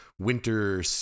Winter